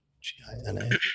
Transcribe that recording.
G-I-N-A